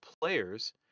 players